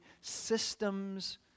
systems